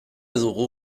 dugu